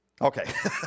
Okay